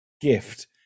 gift